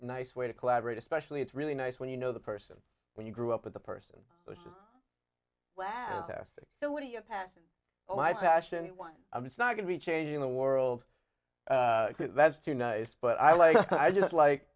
nice way to collaborate especially it's really nice when you know the person when you grew up with the person wow testing so what do you pass my passion one of it's not going to be changing the world that's too nice but i like i just like